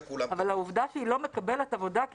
אבל העובדה שהיא לא מקבלת עבודה כי